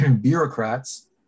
bureaucrats